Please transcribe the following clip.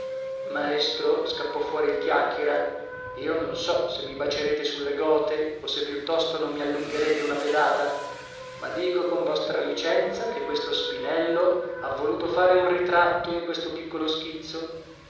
maestro scappò fuori il chiacchiera io non so se mi bacerete sulle gote o se piuttosto non mi allungherete una pedata ma dico con vostra licenza che questo spinello ha voluto fare un ritratto in questo piccolo schizzo